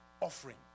offering